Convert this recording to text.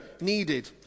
needed